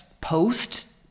post